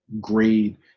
grade